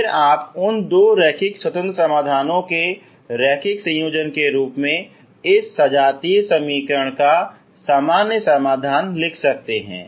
फिर आप उन दो रैखिक स्वतंत्र समाधानों के रैखिक संयोजन के रूप में इस सजातीय समीकरण का सामान्य समाधान लिख सकते हैं